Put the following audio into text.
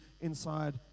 inside